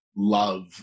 love